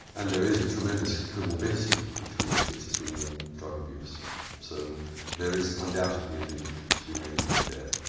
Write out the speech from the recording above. and there is a tremendous co-morbidity between schizophrenia and drug abuse so there is undoubtedly a link to be made there.